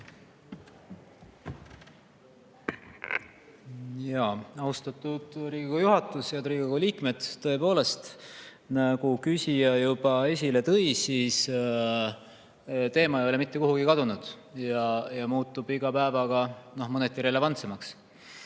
Palun! Austatud Riigikogu juhatus! Head Riigikogu liikmed! Tõepoolest, nagu küsija juba esile tõi, see teema ei ole mitte kuhugi kadunud ja muutub iga päevaga mõneti relevantsemaks.